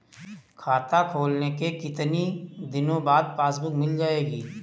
खाता खोलने के कितनी दिनो बाद पासबुक मिल जाएगी?